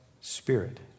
spirit